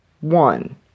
One